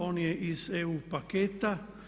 On je iz EU paketa.